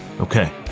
Okay